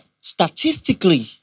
statistically